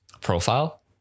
profile